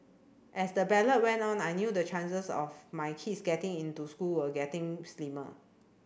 as the ballot went on I knew the chances of my kids getting into school were getting slimmer